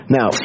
Now